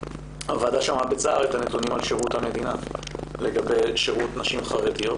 הוועדה שמעה בצער את הנתונים על שירות נשים חרדיות